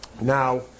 now